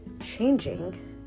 changing